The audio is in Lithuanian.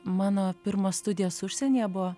mano pirmos studijos užsienyje buvo